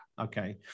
okay